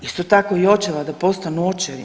Isto tako i očeva da postanu očevi.